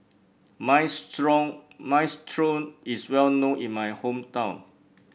Minestrone Minestrone is well known in my hometown